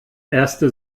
erste